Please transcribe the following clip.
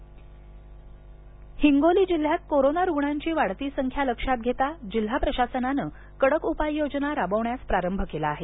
हिंगोली हिंगोली जिल्ह्यात कोरोना रुग्णांची वाढती संख्या लक्षात घेता जिल्हा प्रशासनाने कडक उपाययोजना राबवण्यास प्रारंभ केला आहे